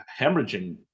hemorrhaging